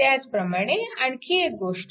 त्याचप्रमाणे आणखी एक गोष्ट